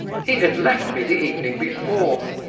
he had left me the evening before,